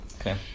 Okay